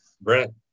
Brent